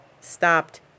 stopped